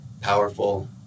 powerful